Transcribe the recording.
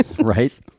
Right